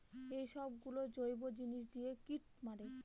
এইসব গুলো জৈব জিনিস দিয়ে কীট মারে